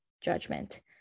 judgment